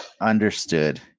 understood